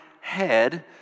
head